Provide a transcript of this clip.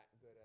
good